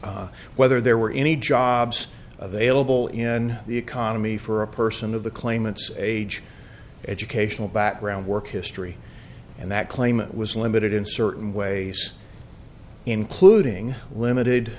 whether there were any jobs available in the economy for a person of the claimants age educational background work history and that claimant was limited in certain ways including limited